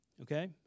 Okay